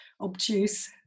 obtuse